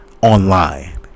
online